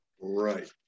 Right